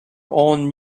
own